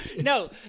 No